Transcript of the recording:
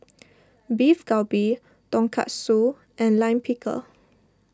Beef Galbi Tonkatsu and Lime Pickle